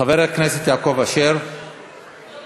חבר הכנסת יעקב אשר יסכם.